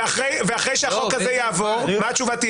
אחרי שהחוק הזה יעבור, מה תהיה התשובה?